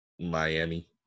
miami